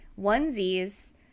onesies